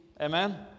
Amen